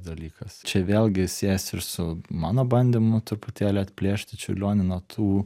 dalykas čia vėlgi siejasi ir su mano bandymu truputėlį atplėšti čiurlionį nuo tų